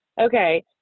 okay